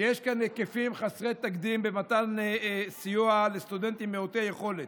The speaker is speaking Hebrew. שיש כאן היקפים חסרי תקדים במתן סיוע לסטודנטים מעוטי יכולת.